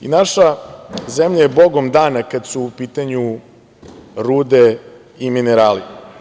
I naša zemlja je bogom dana kada su u pitanju rude i minerali.